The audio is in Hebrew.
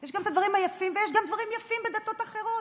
יש דברים יפים גם בדתות אחרות,